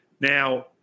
Now